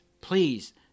please